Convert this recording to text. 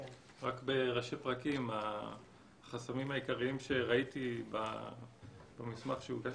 בראשי פרקים: החסמים העיקריים שראיתי במסמך שהוגש